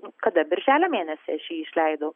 nu kada birželio mėnesį aš jį išleidau